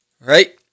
Right